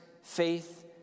faith